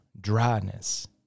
dryness